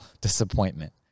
disappointment